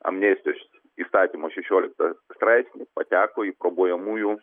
amnestijos įstatymo šešioliktą straipsnį pateko į globojamųjų